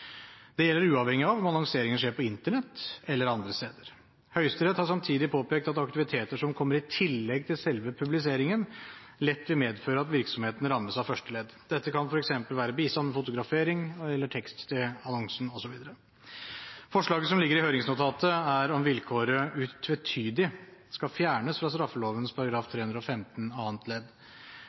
Det gjelder uavhengig av om annonseringen skjer på Internett eller andre steder. Høyesterett har samtidig påpekt at aktiviteter som kommer i tillegg til selve publiseringen, lett vil medføre at virksomheten rammes av første ledd. Dette kan f.eks. være bistand ved fotografering eller tekst til annonsen osv. Forslaget som ligger i høringsnotatet, er om vilkåret utvetydig skal fjernes fra straffeloven § 315 annet ledd.